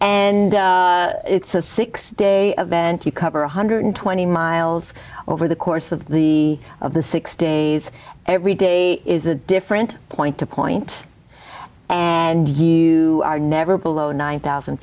and it's a six day event you cover one hundred and twenty miles over the course of the of the six days every day is a different point to point and you are never below nine thousand